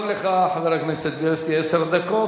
גם לך, חבר הכנסת בילסקי, עשר דקות.